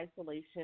isolation